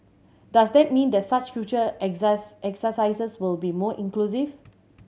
does that mean that such future exercise exercises will be more inclusive